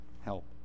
help